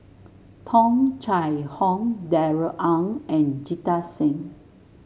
Tung Chye Hong Darrell Ang and Jita Singh